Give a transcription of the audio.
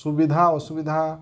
ସୁବିଧା ଅସୁବିଧା